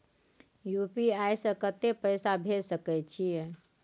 UPI से कत्ते पैसा भेज सके छियै?